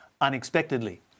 unexpectedly